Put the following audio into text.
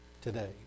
today